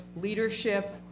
leadership